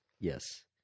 Yes